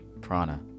Prana